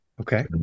Okay